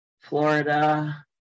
Florida